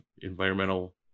environmental